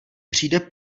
přijde